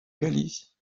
galice